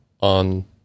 on